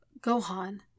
Gohan